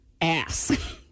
ass